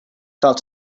felt